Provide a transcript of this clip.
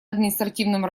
административным